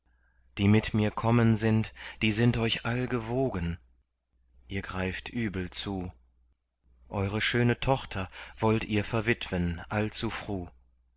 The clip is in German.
die mit mir kommen sind die sind euch all gewogen ihr greift übel zu eure schöne tochter wollt ihr verwitwen